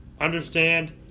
Understand